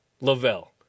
Lavelle